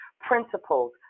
principles